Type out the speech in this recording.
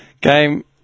Game